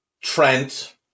Trent